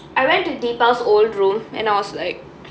I went to deepa's old room and I was like